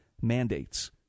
mandates